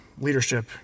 Leadership